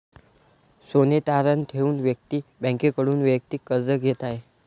सोने तारण ठेवून व्यक्ती बँकेकडून वैयक्तिक कर्ज घेत आहे